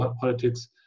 politics